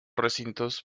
recintos